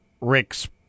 Rick's